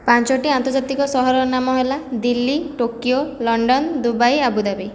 ପାଞ୍ଚଟି ଆନ୍ତର୍ଜାତିକ ସହରର ନାମ ହେଲା Delhi Tokyo London Dubai Abu Dhabi